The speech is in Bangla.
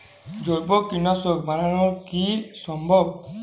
জৈব কীটনাশক বানানো কি সম্ভব?